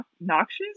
noxious